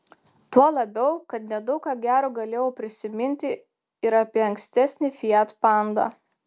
tuo labiau kad nedaug ką gero galėjau prisiminti ir apie ankstesnį fiat panda